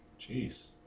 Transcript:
Jeez